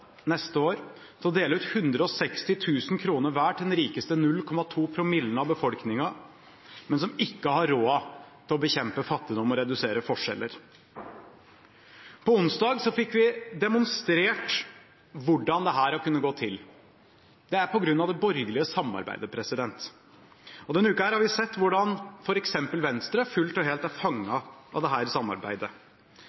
neste år tydeligvis skal ta seg råd til å dele ut 160 000 kr til hver av de rikeste – 0,2 promille – av befolkningen, men som ikke har råd til å bekjempe fattigdom og redusere forskjeller? Onsdag fikk vi demonstrert hvordan dette har kunnet gå til: Det er på grunn av det borgerlige samarbeidet. Denne uka har vi sett hvordan f.eks. Venstre fullt og helt er